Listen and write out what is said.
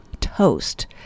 toast